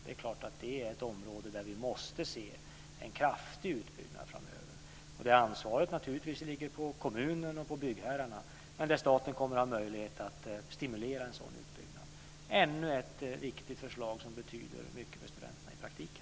Det är klart att det är ett område där det måste ske en kraftig utbyggnad framöver. Ansvaret ligger naturligtvis på kommunen och på byggherrarna. Men staten kommer att ha möjlighet att stimulera en sådan utbyggnad. Det är ännu ett viktigt förslag som betyder mycket för studenterna i praktiken.